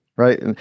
Right